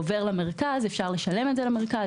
זה עובר למרכז ואפשר לשלם את זה למרכז.